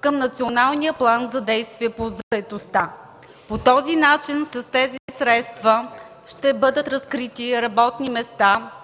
към Националния план за действие по заетостта. По този начин с тези средства ще бъдат разкрити работни места